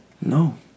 No